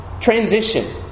transition